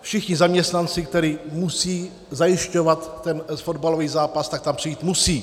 Všichni zaměstnanci, kteří musejí zajišťovat ten fotbalový zápas, tam přijít musí.